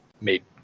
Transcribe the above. made